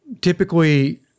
typically